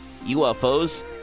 ufos